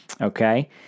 okay